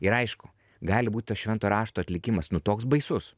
ir aišku gali būt tas švento rašto atlikimas nu toks baisus